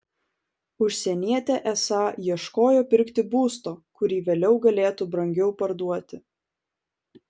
užsienietė esą ieškojo pirkti būsto kurį vėliau galėtų brangiau parduoti